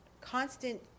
constant